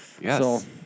Yes